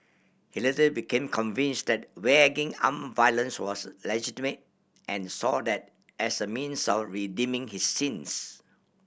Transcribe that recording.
he later became convince that arm violence was legitimate and saw that as a means of redeeming his sins